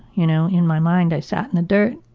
you know, in my mind i sat in the dirt.